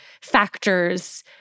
factors